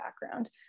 background